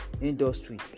industry